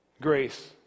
Grace